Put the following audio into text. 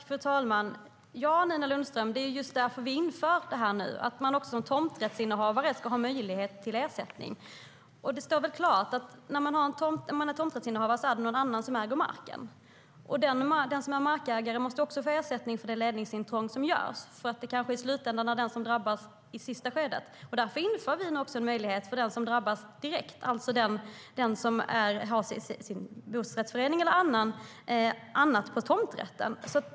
Fru talman! Ja, det är just därför vi nu inför detta, Nina Lundström - för att man också som tomträttsinnehavare ska ha möjlighet till ersättning. Det står väl klart att någon annan äger marken om man är tomträttshavare, och den som är markägare måste också få ersättning för det ledningsintrång som görs. I slutändan är det nämligen kanske den personen som drabbas i sista skedet. Därför inför vi nu möjligheten för den som drabbas direkt, alltså den som har sin bostadsrättsförening eller annat på tomträtten.